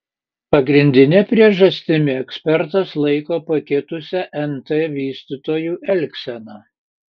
pagrindine priežastimi ekspertas laiko pakitusią nt vystytojų elgseną